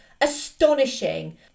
astonishing